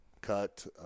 cut